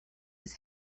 his